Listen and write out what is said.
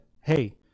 Hey